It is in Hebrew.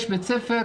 יש בית ספר,